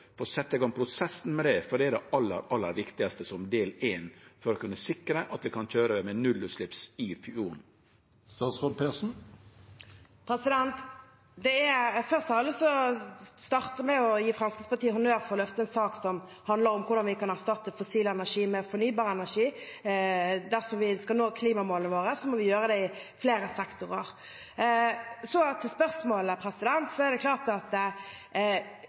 for å setje i gang prosessen med det? For det er det aller, aller viktigaste som del éin for å kunne sikre at ein kan køyre med nullutslepp på fjorden. Først har jeg lyst til å starte med å gi Fremskrittspartiet honnør for å løfte en sak som handler om hvordan vi kan erstatte fossil energi med fornybar energi. Dersom vi skal nå klimamålene våre, må vi gjøre det i flere sektorer. Så til spørsmålet: Det er klart at nettopp på grunn av den ordningen vi har, er det viktig at